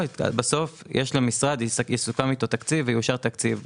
בסוף מסוכם עם המשרד תקציב ומאושר תקציב.